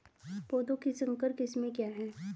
पौधों की संकर किस्में क्या हैं?